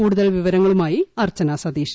കൂടുതൽ വിവരങ്ങളുമായി അർച്ചന സതീഷ്